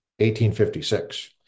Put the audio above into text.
1856